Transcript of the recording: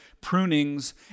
prunings